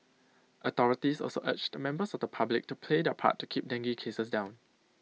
authorities also urged members of the public to play their part to keep dengue cases down